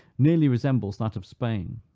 nearly resembles that of spain.